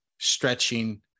stretching